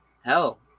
Hell